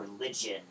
religion